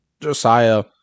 Josiah